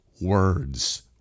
words